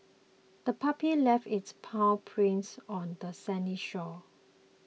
the puppy left its paw prints on the sandy shore